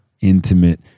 intimate